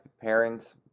parents